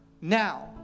now